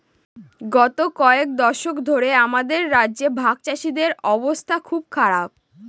গত কয়েক দশক ধরে আমাদের রাজ্যে ভাগচাষীদের অবস্থা খুব খারাপ